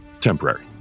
Temporary